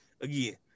again